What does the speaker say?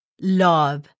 love